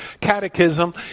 catechism